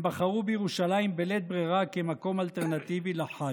הם בחרו בירושלים בלית ברירה כמקום אלטרנטיבי לחאג'.